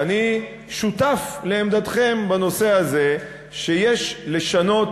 שאני שותף לעמדתכם בנושא הזה שיש לשנות